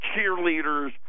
cheerleaders